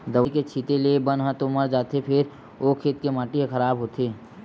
दवई के छिते ले बन ह तो मर जाथे फेर ओ खेत के माटी ह खराब होथे